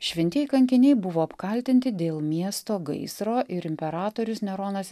šventieji kankiniai buvo apkaltinti dėl miesto gaisro ir imperatorius neronas